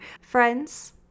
Friends